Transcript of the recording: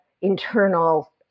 internal